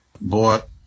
bought